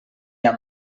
amb